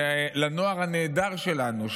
לנוער הנהדר שלנו,